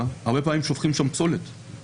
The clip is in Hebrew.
והרבה פעמים שופכים פסולת בתעלות הניקוז שלה.